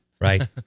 Right